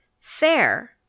Fair